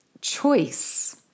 choice